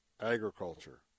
agriculture